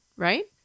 Right